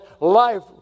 life